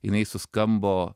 jinai suskambo